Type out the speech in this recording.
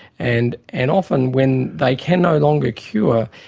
and and often when they can no longer cure,